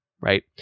right